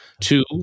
Two